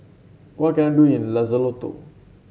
what can I do in Lesotho